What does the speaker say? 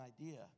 idea